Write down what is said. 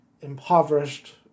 impoverished